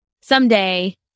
someday